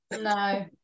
no